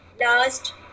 Last